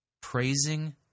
Praising